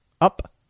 up